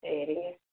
சரிங்க